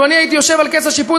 לו הייתי יושב על כס השיפוט,